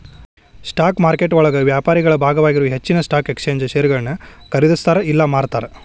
stock ಮಾರುಕಟ್ಟೆಯೊಳಗ ವ್ಯಾಪಾರಿಗಳ ಭಾಗವಾಗಿರೊ ಹೆಚ್ಚಿನ್ ಸ್ಟಾಕ್ ಎಕ್ಸ್ಚೇಂಜ್ ಷೇರುಗಳನ್ನ ಖರೇದಿಸ್ತಾರ ಇಲ್ಲಾ ಮಾರ್ತಾರ